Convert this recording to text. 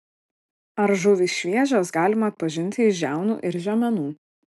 ar žuvys šviežios galima atpažinti iš žiaunų ir žiomenų